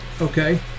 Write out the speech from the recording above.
okay